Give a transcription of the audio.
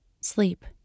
Sleep